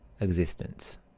existence